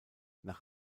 nach